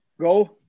go